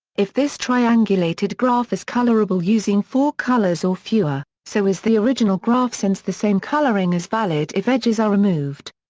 if this triangulated graph is colorable using four colors or fewer, so is the original graph since the same coloring is valid if edges are removed.